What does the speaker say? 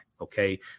okay